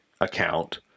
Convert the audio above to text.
account